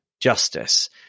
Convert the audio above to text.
justice